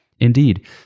Indeed